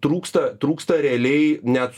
trūksta trūksta realiai net